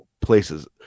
places